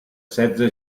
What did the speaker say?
setze